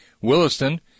Williston